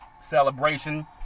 celebration